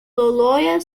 loyola